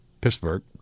Pittsburgh